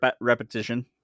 repetition